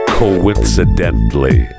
coincidentally